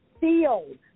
sealed